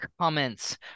comments